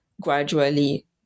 gradually